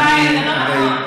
התשובה היא, זה לא נכון,